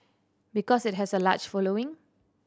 because it has a large following